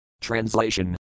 Translation